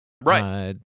right